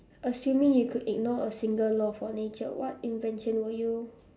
assuming you could ignore a single law of nature what invention will you